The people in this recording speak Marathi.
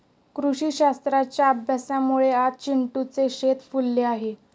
कृषीशास्त्राच्या अभ्यासामुळे आज चिंटूचे शेत फुलले आहे